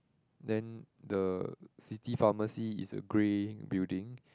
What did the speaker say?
then the city pharmacy is a grey building